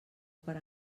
per